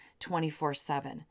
24-7